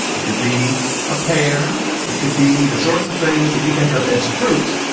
it could be a pear. it could be the sorts of things that we think of as fruits.